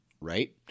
Right